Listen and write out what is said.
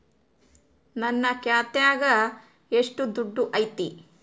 ನನ್ನ ಖಾತ್ಯಾಗ ಎಷ್ಟು ದುಡ್ಡು ಐತಿ?